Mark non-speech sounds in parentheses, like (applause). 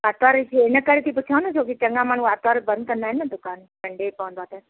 आरितवार जो इनकरे थी पुछांव न छोकी चङा माण्हू आरितवार बंदि कंदा आहिनि न दुकान (unintelligible)